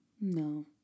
No